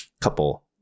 couple